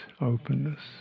openness